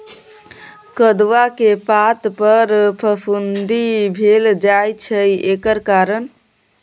कदुआ के पता पर फफुंदी भेल जाय छै एकर कारण?